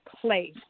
place